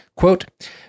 quote